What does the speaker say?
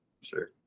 sure